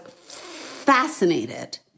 fascinated